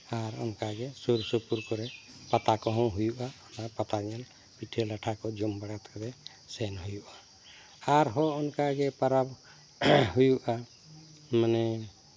ᱟᱨ ᱚᱱᱠᱟᱜᱮ ᱥᱩᱨᱥᱩᱯᱩᱨ ᱠᱚᱨᱮ ᱯᱟᱛᱟ ᱠᱚᱦᱚᱸ ᱦᱩᱭᱩᱜᱼᱟ ᱟᱨ ᱯᱟᱛᱟ ᱧᱮᱞ ᱯᱤᱴᱷᱟᱹᱼᱞᱟᱴᱷᱟ ᱠᱚ ᱡᱚᱢ ᱵᱟᱲᱟ ᱠᱟᱛᱮ ᱥᱮᱱ ᱦᱩᱭᱩᱜᱼᱟ ᱟᱨᱦᱚᱸ ᱚᱱᱠᱟᱜᱮ ᱯᱟᱨᱟᱵ ᱦᱩᱭᱩᱜᱼᱟ ᱢᱟᱱᱮ